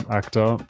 actor